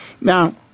Now